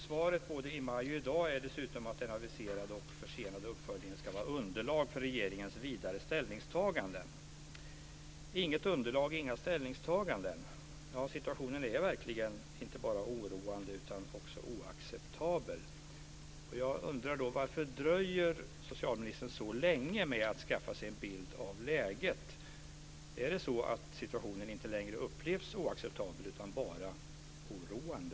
Svaret både i maj och i dag är dessutom att den aviserade och försenade uppföljningen ska vara underlag för regeringens vidare ställningstaganden. Det finns inget underlag och inga ställningstaganden. Situationen är verkligen inte bara oroande utan också oacceptabel. Jag undrar då varför socialministern dröjer så länge med att skaffa sig en bild av läget. Upplevs inte situationen längre som oacceptabel utan bara som oroande?